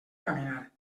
caminar